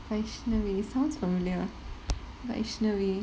varshini sounds familiar varshini